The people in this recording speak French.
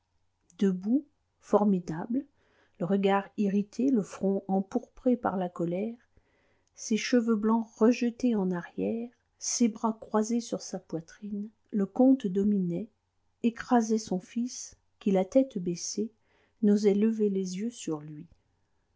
debout formidable le regard irrité le front empourpré par la colère ses cheveux blancs rejetés en arrière ses bras croisés sur sa poitrine le comte dominait écrasait son fils qui la tête baissée n'osait lever les yeux sur lui